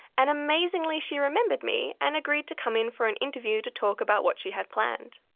and amazingly she remembered me and agreed to come in for an interview to talk about what she had planned.